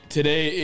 Today